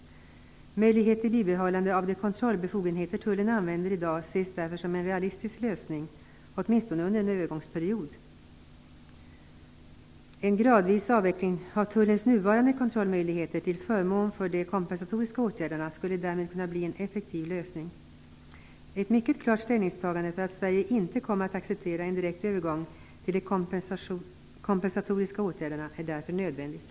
Möjlighet till bibehållande av de kontrollbefogenheter tullen har i dag ses därför som en realistisk lösning, åtminstone under en övergångsperiod. En gradvis avveckling av tullens nuvarande kontrollmöjligheter till förmån för de kompensatoriska åtgärderna skulle därmed kunna bli en effektiv lösning. Ett mycket klart uttalande om att Sverige inte kommer att acceptera en direkt övergång till de kompensatoriska åtgärderna är därför nödvändigt.